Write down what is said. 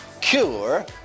cure